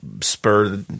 spur